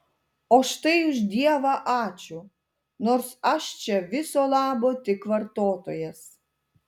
o štai už dievą ačiū nors aš čia viso labo tik vartotojas